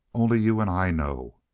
only you and i know.